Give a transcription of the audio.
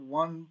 one